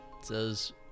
says